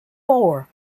four